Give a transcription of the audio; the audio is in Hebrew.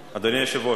בעל זיכיון קיים,